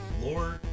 Lord